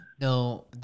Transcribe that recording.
no